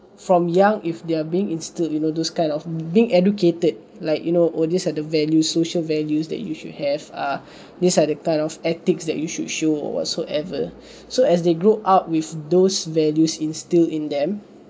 from young if they're being instilled you know those kind of being educated like you know oh this are the value social values that you should have uh these are the kind of ethics that you should show whatsoever so as they grew up with those values instilled in them